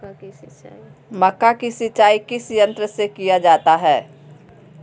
मक्का की सिंचाई किस यंत्र से किया जाता है?